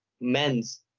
men's